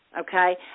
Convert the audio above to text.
okay